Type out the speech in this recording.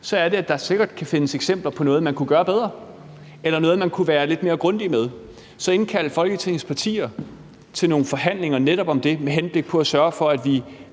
så er det, at der sikkert kan findes eksempler på noget, man kunne gøre bedre, eller noget, man kunne være lidt mere grundig med. Så man kunne indkalde Folketingets partier til nogle forhandlinger netop om det med henblik på at sørge for, at